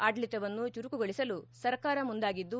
ಆಡಳಿತವನ್ನು ಚುರುಕುಗೊಳಿಸಲು ಸರ್ಕಾರ ಮುಂದಾಗಿದ್ದು